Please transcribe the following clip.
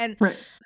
Right